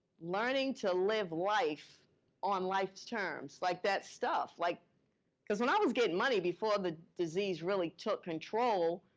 learning to live life on life's terms. like that stuff. like cause when i was getting money before the disease really took control,